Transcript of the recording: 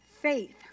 faith